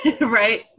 Right